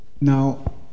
Now